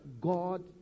God